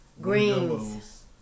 Greens